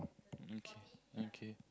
okay okay